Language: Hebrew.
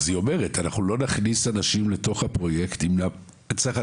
אז היא אומרת אנחנו לא נכניס אנשים לתוך הפרויקטים בתקציב,